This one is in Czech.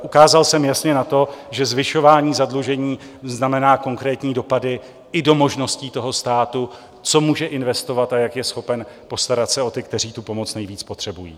Ukázal jsem jasně na to, že zvyšování zadlužení znamená konkrétní dopady i do možností státu, co může investovat a jak je schopen postarat se o ty, kteří tu pomoc nejvíc potřebují.